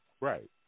Right